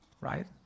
right